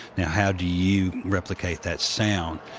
now how do you replicate that sound.